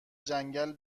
جنگل